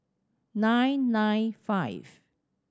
nine nine five